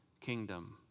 kingdom